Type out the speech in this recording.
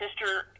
sister